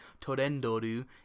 Torendoru